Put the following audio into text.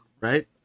right